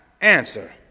answer